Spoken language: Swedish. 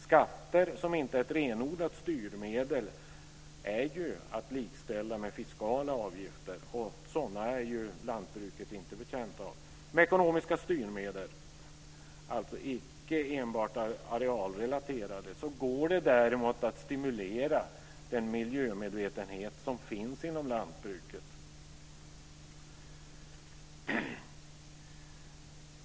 Skatter som inte är ett renodlat styrmedel är att likställa med fiskala avgifter, och sådana är inte jordbruket betjänt av. Med ekonomiska styrmedel, alltså inte enbart arealrelaterade går det däremot att stimulera den miljömedvetenhet som finns inom lantbruket.